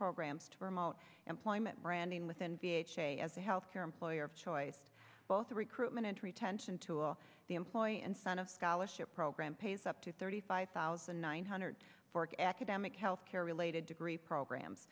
programs to promote employment branding within v h a as a health care employer of choice both a recruitment and retention tool the employee and son of scholarship program pays up to thirty five thousand nine hundred forty academic healthcare related degree programs